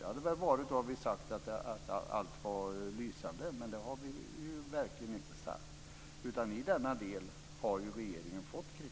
Det hade det varit om vi sagt att allt var lysande. Men det har vi verkligen inte sagt. I denna del har regeringen fått kritik.